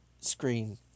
screen